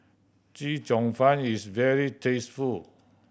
Chee Cheong Fun is very tasty